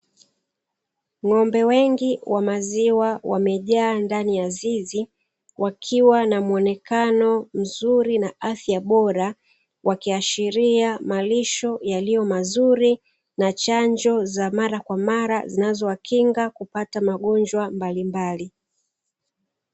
Ng'ombe wengi wa maziwa wamejaa ndani ya zizi wakiwa na muonekano mzuri na afya bora wakihashiria malisho mazuri na chanjo mara kwa mara